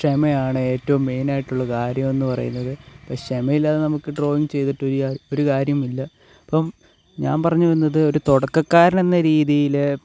ക്ഷമയാണ് ഏറ്റവും മെയിനായിട്ടുള്ള കാര്യം എന്ന് പറയുന്നത് അപ്പം ക്ഷമ ഇല്ലാതെ നമുക്ക് ഡ്രോയിങ് ചെയ്തിട്ട് ഒരു കാര്യവും ഇല്ല അപ്പം ഞാൻ പറഞ്ഞു വന്നത് ഒരു തുടക്കക്കാരൻ എന്ന രീതിയിൽ